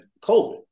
COVID